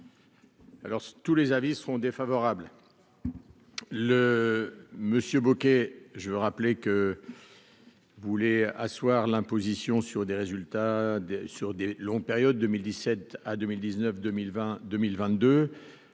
Alors, tous les avis seront défavorables, le monsieur Bouquet je veux rappeler que vous voulez asseoir l'imposition sur des résultats sur des longues périodes 2017 à 2019, 2020, 2022,